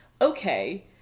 okay